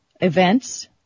events